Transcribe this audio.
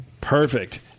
Perfect